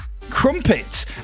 Crumpets